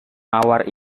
mawar